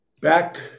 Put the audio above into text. back